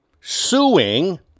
suing